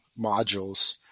modules